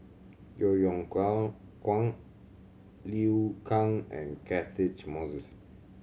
Yeo Yeow Kwang Liu Kang and Catchick Moses